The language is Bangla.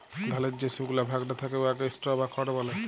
ধালের যে সুকলা ভাগটা থ্যাকে উয়াকে স্ট্র বা খড় ব্যলে